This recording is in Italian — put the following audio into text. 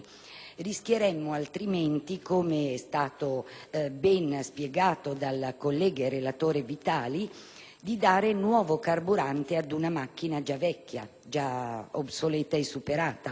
Rischieremmo altrimenti, come è stato ben spiegato dal collega relatore Vitali, di dare nuovo carburante ad una macchina già vecchia, obsoleta e superata.